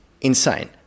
insane